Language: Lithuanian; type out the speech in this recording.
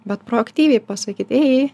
bet proaktyviai pasakyt ei